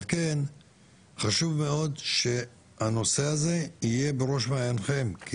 על כן חשוב מאוד שהנושא הזה יהיה בראש מעינכם.